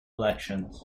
elections